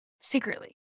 Secretly